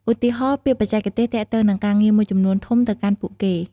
ឧទាហរណ៍ ពាក្យបច្ចេកទេសទាក់ទងនឹងការងារមួយចំនួនធំទៅកាន់ពួកគេ។